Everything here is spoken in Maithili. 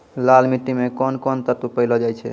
लाल मिट्टी मे कोंन कोंन तत्व पैलो जाय छै?